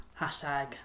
hashtag